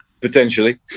potentially